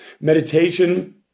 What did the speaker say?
Meditation